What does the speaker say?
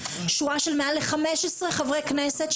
שורה של מעל 15 חברי כנסת,